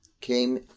came